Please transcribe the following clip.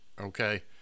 okay